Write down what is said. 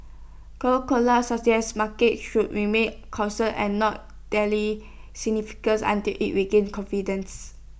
Coca Cola suggested markets should remain cautious and not until IT regains confidence